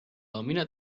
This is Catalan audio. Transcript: domina